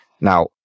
Now